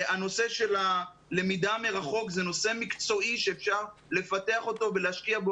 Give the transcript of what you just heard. הנושא של הלמידה מרחוק הוא נושא מקצועי שאפשר לפתח אותו ולהשקיע בו